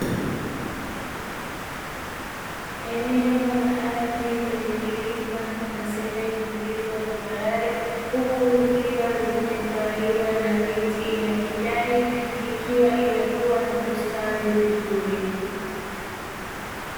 Eneo la ardhi lenye milima na sehemu zilizo tambarare, huku zikiwa zimetawaliwa na miti ya kijani ikiwa imekuwa na kustawi vizuri.